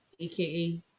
aka